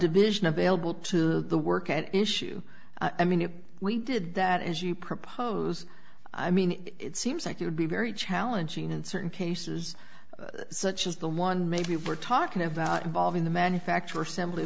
division available to the work at issue i mean if we did that as you propose i mean it seems like you'd be very challenging in certain cases such as the one maybe we're talking about involving the manufacturer simply